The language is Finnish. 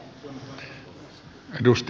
näillä eväillä